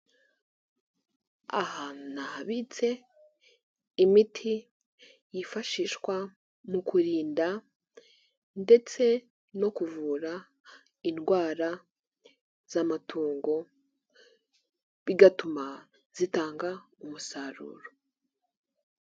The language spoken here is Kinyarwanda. Aha ni ahabitse imiti yifashishwa mukurinda ndetse no kuvura indwara z'amatungo, bigatuma zitanga umusaruro.